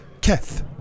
Keth